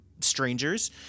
strangers